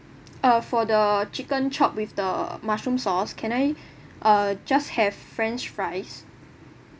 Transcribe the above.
uh for the chicken chop with the mushroom sauce can I uh just have french fries